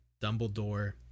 Dumbledore